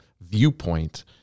viewpoint